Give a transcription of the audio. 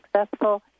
successful